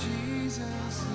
Jesus